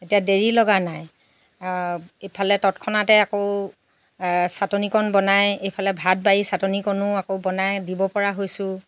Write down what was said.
এতিয়া দেৰি লগা নাই এইফালে তৎক্ষণাতে আকৌ চাটনিকণ বনাই এইফালে ভাত বাঢ়ি চাটনিকণো আকৌ বনাই দিব পৰা হৈছোঁ